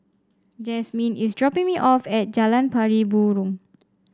Jasmyn is dropping me off at Jalan Pari Burong